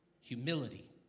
humility